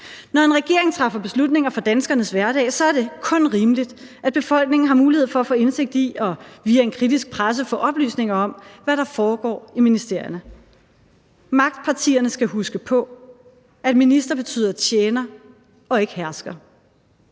Når en regering træffer beslutninger om danskernes hverdag, er det kun rimeligt, at befolkningen har mulighed for at få indsigt i og via en kritisk presse få oplysninger om, hvad der foregår i ministerierne. Magtpartierne skal huske på, at minister betyder tjener og ikke hersker.